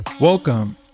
Welcome